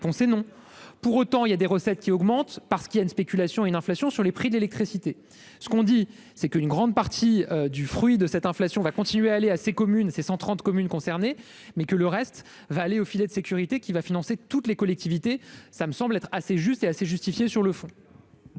pour autant, il y a des recettes qui augmentent parce qu'il y a une spéculation et une inflation sur les prix de l'électricité, ce qu'on dit, c'est qu'une grande partie du fruit de cette inflation va continuer à aller à ces communes, c'est 130 communes concernées mais que le reste va aller au filet de sécurité, qui va financer toutes les collectivités, ça me semble être assez juste et assez justifiée sur le fond.